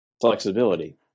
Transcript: flexibility